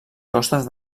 costes